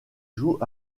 jouent